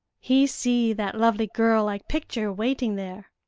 he see that lovely girl like picture waiting there!